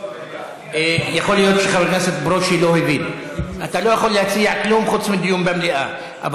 אתה צריך להציע דיון במליאה.